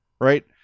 right